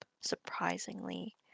surprisingly